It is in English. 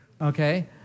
okay